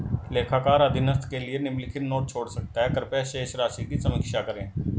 लेखाकार अधीनस्थ के लिए निम्नलिखित नोट छोड़ सकता है कृपया शेष राशि की समीक्षा करें